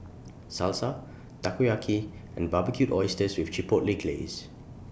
Salsa Takoyaki and Barbecued Oysters with Chipotle Glaze